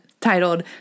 titled